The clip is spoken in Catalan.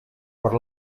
per